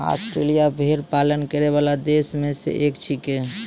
Australia भेड़ पालन करै वाला देश म सें एक छिकै